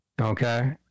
Okay